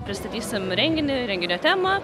pristatysim renginį renginio temą